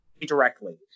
directly